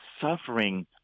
suffering